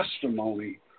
testimony